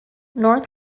north